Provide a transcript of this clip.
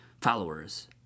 followers